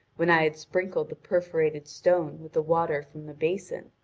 when i had sprinkled the perforated stone with the water from the basin.